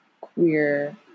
queer